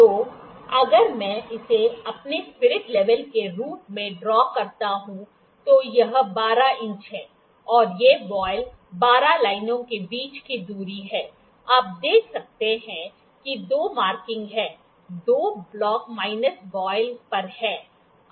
तो अगर मैं इसे अपने स्प्रिट लेवल के रूप में ड्रा करता हूं तो यह 12 इंच है और यह वॉयल 2 लाइनों के बीच की दूरी है आप देख सकते हैं कि 2 मार्किंग हैं 2 ब्लैक लाइन्स वॉयल पर हैं